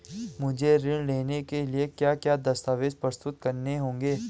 मुझे ऋण लेने के लिए क्या क्या दस्तावेज़ प्रस्तुत करने होंगे?